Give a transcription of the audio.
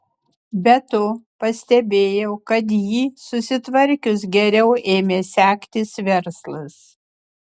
be to pastebėjau kad jį susitvarkius geriau ėmė sektis verslas